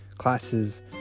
classes